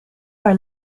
our